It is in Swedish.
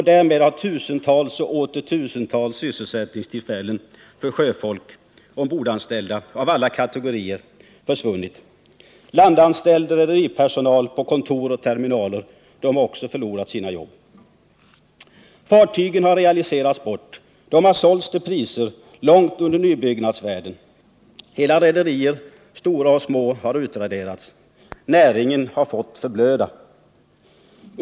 Därmed har tusentals och åter tusentals sysselsättningstillfällen för sjöfolk — ombordanställda av alla kategorier — försvunnit. Landanställd rederipersonal på kontor och terminal har också förlorat sina jobb. Fartyg har realiserats. De har sålts till priser långt under nybyggnadsvärdet. Hela rederier — stora och små — har utraderats. Näringen har fått förblöda.